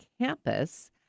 campus